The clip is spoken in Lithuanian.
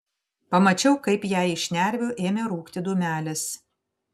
pamačiau kaip jai iš šnervių ėmė rūkti dūmelis